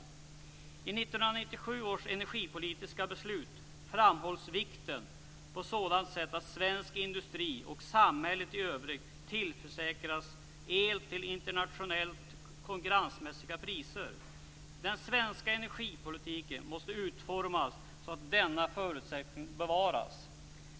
I 1997 års energipolitiska beslut framhålls vikten på sådant sätt att svensk industri och samhället i övrigt tillförsäkras el till internationellt konkurrensmässiga priser. Den svenska energipolitiken måste utformas så att denna förutsättning bevaras.